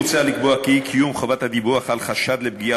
מוצע לקבוע כי אי-קיום חובת הדיווח על חשד לפגיעה